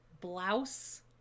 blouse